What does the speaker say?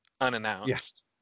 Unannounced